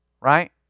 right